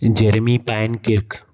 जर्मी टाइन कीर्क